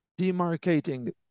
demarcating